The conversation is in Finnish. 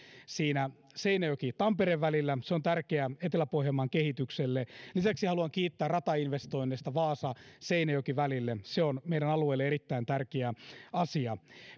siinä seinäjoki tampere välillä se on tärkeää etelä pohjanmaan kehitykselle lisäksi haluan kiittää ratainvestoinneista vaasa seinäjoki välille se on meidän alueellemme erittäin tärkeä asia